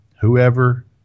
whoever